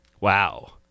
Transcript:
Wow